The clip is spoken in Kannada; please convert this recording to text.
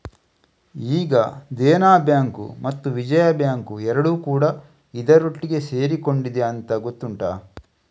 ಈಗ ದೇನಾ ಬ್ಯಾಂಕು ಮತ್ತು ವಿಜಯಾ ಬ್ಯಾಂಕು ಎರಡೂ ಕೂಡಾ ಇದರೊಟ್ಟಿಗೆ ಸೇರಿಕೊಂಡಿದೆ ಅಂತ ಗೊತ್ತುಂಟಾ